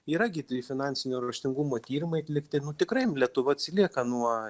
yra gi tie finansinio raštingumo tyrimai atlikti tikrai lietuva atsilieka nuo